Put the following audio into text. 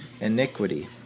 iniquity